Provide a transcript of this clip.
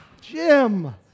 Jim